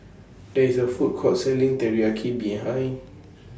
There IS A Food Court Selling Teriyaki behind